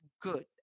good